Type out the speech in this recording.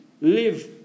live